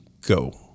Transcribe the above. go